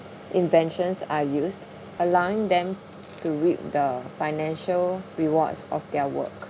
inventions are used allowing them to reap the financial rewards of their work